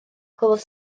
clywodd